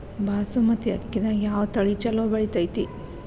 ಬಾಸುಮತಿ ಅಕ್ಕಿದಾಗ ಯಾವ ತಳಿ ಛಲೋ ಬೆಳಿತೈತಿ?